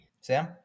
Sam